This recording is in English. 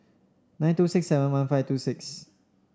nine two six seven one five two six